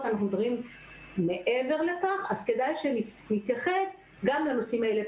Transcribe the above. אלא אנחנו מדברים מעבר לכך ולכן כדאי שנתייחס גם לנושאים האלה.